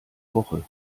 woche